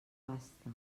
vasta